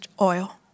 oil